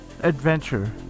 Adventure